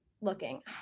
looking